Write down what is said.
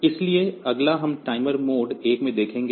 इसलिए अगला हम टाइमर मोड 1 में देखेंगे